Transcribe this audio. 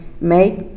make